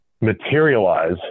materialize